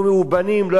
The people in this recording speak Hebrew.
לא יכלו לצאת,